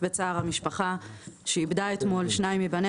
בצער המשפחה שאיבדה אתמול שניים מבניה.